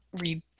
read